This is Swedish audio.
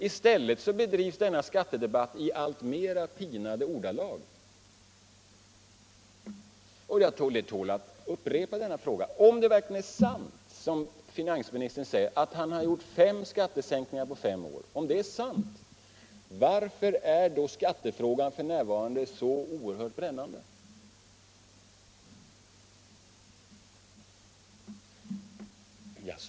I stället bedrivs denna skattedebatt i allt mera pinade ordalag, och frågan tål att upprepas. Om det verkligen är sant att finansministern har gjort fem skattesänkningar under fem år, varför är då skattefrågan f. n. så oerhört brännande?